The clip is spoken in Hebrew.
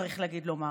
צריך לומר,